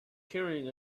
carrying